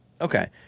Okay